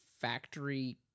factory